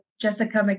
Jessica